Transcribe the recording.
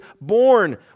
born